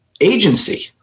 Agency